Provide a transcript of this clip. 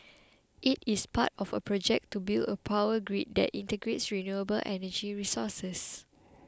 it is part of a project to build a power grid that integrates renewable energy resources